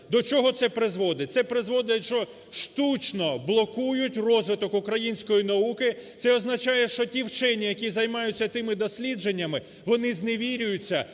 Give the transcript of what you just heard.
До чого це призводить? Це призводить, що штучно блокують розвиток української науки. Це означає, що ті вчені, які займаються тими дослідженнями, вони зневірюються.